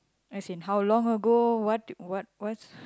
as in how long ago what what what's